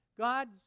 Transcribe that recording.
God